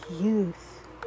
youth